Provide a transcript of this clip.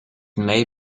may